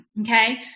Okay